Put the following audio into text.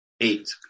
eight